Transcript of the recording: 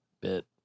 bit